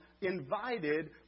invited